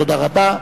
תודה רבה.